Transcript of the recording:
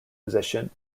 position